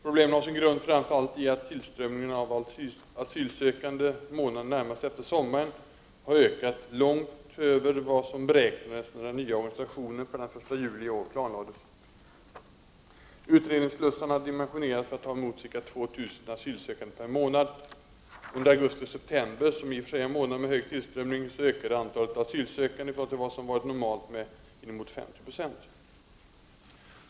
Problemen har sin grund framför allt i att tillströmningen av asylsökande månaderna närmast efter sommaren har ökat långt över vad som beräknades när den nya organisationen per den 1 juli i år planerades. Utredningsslussarna dimensionerades för att ta emot ca 2 000 asylsökande per månad. Under augusti och september — som i och för sig är månader med hög tillströmning — ökade antalet asylsökande i förhållande till vad som varit normalt med inemot 50 96.